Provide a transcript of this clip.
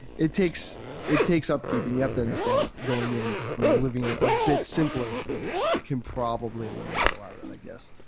it takes it takes up keeping and you have to understand what's going in, living a ah bit simpler can probably eliminate all ah of that i guess.